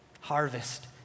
Harvest